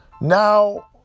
Now